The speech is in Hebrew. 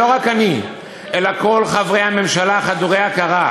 שלא רק אני אלא כל חברי הממשלה חדורי הכרה,